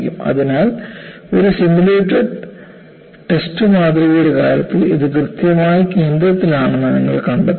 അതിനാൽ ഒരു simulated test മാതൃകയുടെ കാര്യത്തിൽ ഇത് കൃത്യമായി കേന്ദ്രത്തിലാണെന്ന് നിങ്ങൾ കണ്ടെത്തുന്നു